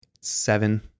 seven